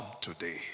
today